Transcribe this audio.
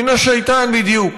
מן א-שיטאן, בדיוק.